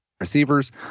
receivers